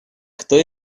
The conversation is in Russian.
кто